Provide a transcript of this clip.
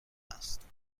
است